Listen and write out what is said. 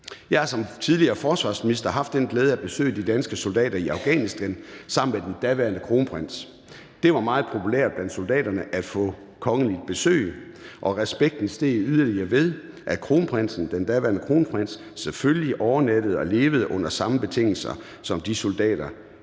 Jeg har som tidligere forsvarsminister haft den glæde at besøge de danske soldater i Afghanistan sammen med den daværende kronprins. Det var meget populært blandt soldaterne at få kongeligt besøg. Respekten steg yderligere, ved at den daværende kronprins selvfølgelig overnattede og levede under samme betingelser som de soldater,